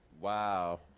Wow